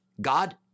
God